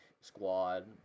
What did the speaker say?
squad